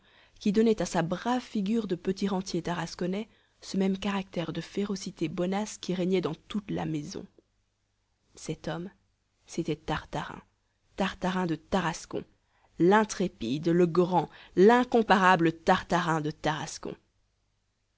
qui donnait à sa brave figure de petit rentier tarasconnais ce même caractère de férocité bonasse qui régnait dans toute la maison cet homme c'était tartarin tartarin de tarascon l'intrépide le grand l'incomparable tartarin de tarascon